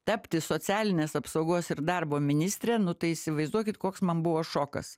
tapti socialinės apsaugos ir darbo ministre nu tai įsivaizduokit koks man buvo šokas